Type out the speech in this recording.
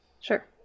Sure